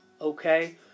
Okay